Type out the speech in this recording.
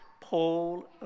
Paul